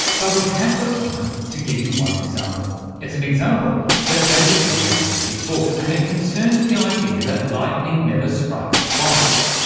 but we have got time to give you one example. it's an example that david uses in his book, and it concerns the idea that lightning never strikes twice.